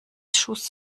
schuss